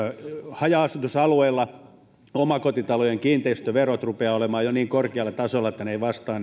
haja asutusalueella omakotitalojen kiinteistöverot rupeavat olemaan jo niin korkealla tasolla että ne eivät vastaa